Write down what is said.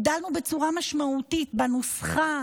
הגדלנו בצורה משמעותית בנוסחה